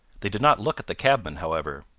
they did not look at the cabman, however.